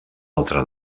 altra